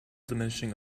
diminishing